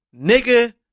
nigga